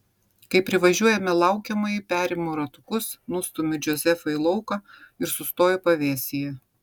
kai privažiuojame laukiamąjį perimu ratukus nustumiu džozefą į lauką ir sustoju pavėsyje